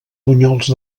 bunyols